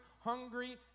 hungry